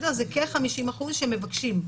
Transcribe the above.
זה כ-50% שמבקשים.